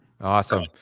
awesome